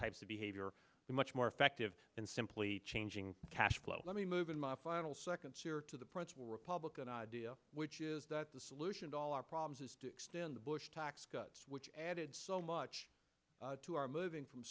types of behavior so much more effective and simply changing cash flow let me move in my final seconds here to the principle republican idea which is that the solution to all our problems is to extend the bush tax cuts which added so much to our moving from